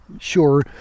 sure